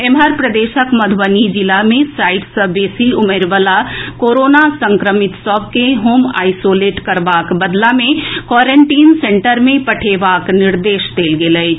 एम्हर प्रदेशक मध्रबनी जिला मे साठि सँ बेसी उमेरिवला कोरोना संक्रमित सभ के होम आईसोलेट करबाक बदला क्वारेंटीन सेंटर मे पठेबाक निर्देश देल गेल अछि